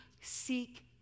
seek